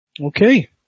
Okay